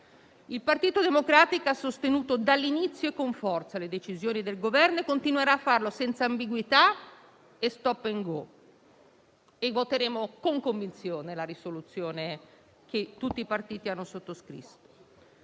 Il Partito Democratico ha sostenuto dall'inizio e con forza le decisioni del Governo e continuerà a farlo senza ambiguità e *stop and go*. Voteremo con convinzione la risoluzione che tutti i partiti hanno sottoscritto.